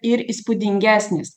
ir įspūdingesnis